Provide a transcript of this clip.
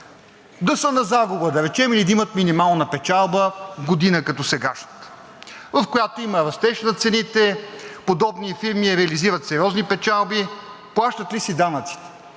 да са на загуба, да речем, или да имат минимална печалба в година като сегашната, в която има растеж на цените? Подобни фирми реализират сериозни печалби, плащат ли си данъците?